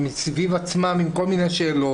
הם סביב עצמם עם כל מיני שאלות.